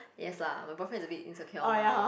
yes lah my boyfriend is a bit insecure mah